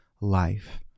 life